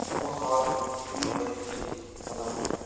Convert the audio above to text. आपको हॉल कितने बड़े में चाहिए बता सकते हैं